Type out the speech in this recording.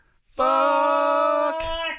Fuck